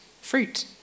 fruit